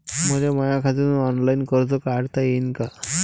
मले माया खात्यातून ऑनलाईन कर्ज काढता येईन का?